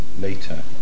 later